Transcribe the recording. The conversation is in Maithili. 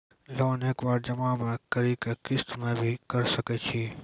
लोन एक बार जमा म करि कि किस्त मे भी करऽ सके छि?